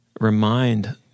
remind